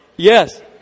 Yes